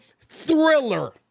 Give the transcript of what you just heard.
thriller